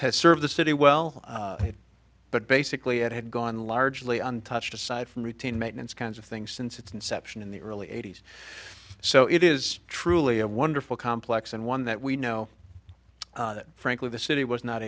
has served the city well but basically it had gone largely untouched aside from routine maintenance kinds of things since its inception in the early eighty's so it is truly a wonderful complex and one that we know that frankly the city was not